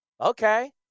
Okay